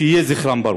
שיהיה זכרם ברוך.